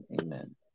amen